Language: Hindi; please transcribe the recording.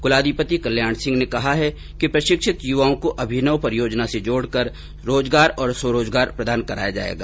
कुलाधिपति श्री कल्याण सिंह ने कहा है कि प्रशिक्षित युवाओं को अभिनव परियोजनाओं से जोड़ कर रोजगार और स्वरोजगार प्रदान कराया जायेगा